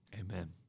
Amen